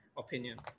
opinion